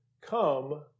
come